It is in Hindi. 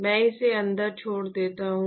मैं इसे अंदर छोड़ देता हूं